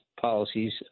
policies